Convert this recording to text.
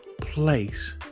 place